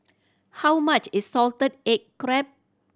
how much is salted egg crab